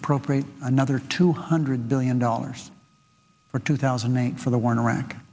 appropriate another two hundred billion dollars for two thousand and eight for the war in iraq